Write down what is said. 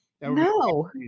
No